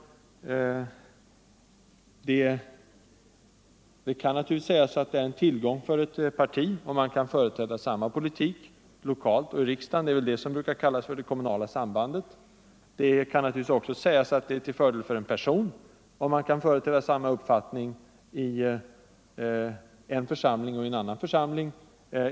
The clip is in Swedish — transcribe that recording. Det är naturligtvis en tillgång för ett parti om man kan företräda samma politik lokalt och i riksdagen. Det är väl det som brukar kallas för det kommunala sambandet. Det kan naturligtvis också sägas att det är till fördel för en person, om han kan företräda samma uppfattning i en församling och i en annan församling.